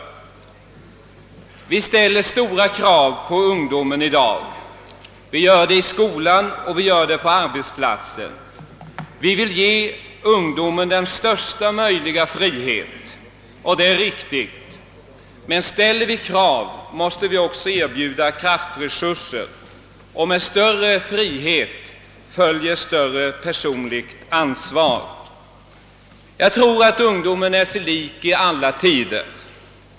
Vi ställer stora krav på ungdomen i dag, både i skolan och på arbetsplatsen. Vi vill ge ungdomen största möjliga frihet, och det är riktigt. Men ställer vi krav måste vi också erbjuda kraftresurser. Med större frihet följer större personligt ansvar. Jag tror att ungdomen är sig lik i alla tider.